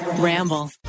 Ramble